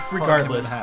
regardless